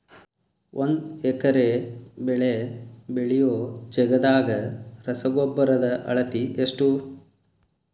ಒಂದ್ ಎಕರೆ ಬೆಳೆ ಬೆಳಿಯೋ ಜಗದಾಗ ರಸಗೊಬ್ಬರದ ಅಳತಿ ಎಷ್ಟು?